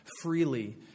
freely